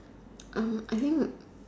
I think